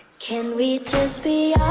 can we just be